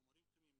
חומרים כימיים,